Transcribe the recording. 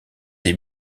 des